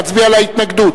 נצביע על ההתנגדות.